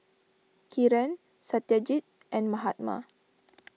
Kiran Satyajit and Mahatma